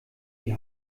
die